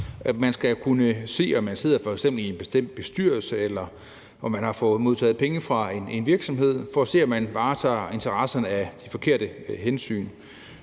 skal kunne se, om man f.eks. sidder i en bestemt bestyrelse, eller om man har modtaget penge fra en virksomhed, for at se, om man varetager interesserne af de forkerte hensyn.